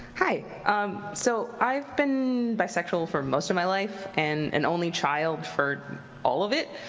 hi so, i've been bi sexual for most of my life. and an only child for all of it.